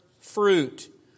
fruit